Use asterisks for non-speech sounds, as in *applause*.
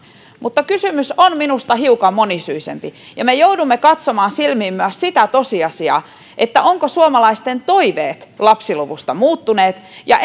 kysymys on minusta hiukan monisyisempi ja me joudumme katsomaan silmiin myös sitä tosiasiaa ovatko suomalaisten toiveet lapsiluvusta muuttuneet ja *unintelligible*